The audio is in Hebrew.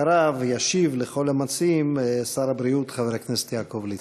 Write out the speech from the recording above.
אחריו ישיב לכל המציעים שר הבריאות חבר הכנסת יעקב ליצמן.